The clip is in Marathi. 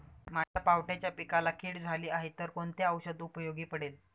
माझ्या पावट्याच्या पिकाला कीड झाली आहे तर कोणते औषध उपयोगी पडेल?